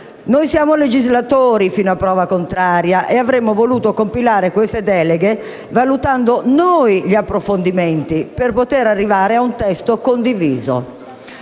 Noi siamo legislatori, fino a prova contraria, e avremmo voluto compilare queste deleghe valutando noi gli approfondimenti, per potere arrivare a un testo condiviso.